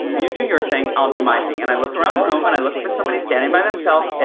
you do your thing, i'll do my thing and i look around the room and i look for somebody standing by themselves.